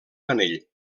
canell